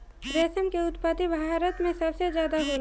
रेशम के उत्पत्ति भारत में ज्यादे होला